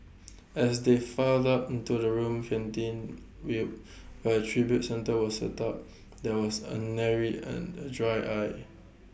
as they filed up into the room canteen view but tribute centre was set up there was A nary an A dry eye